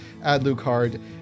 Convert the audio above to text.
Adlucard